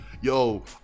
Yo